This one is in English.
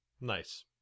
Nice